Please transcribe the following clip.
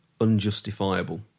unjustifiable